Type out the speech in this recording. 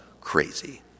crazy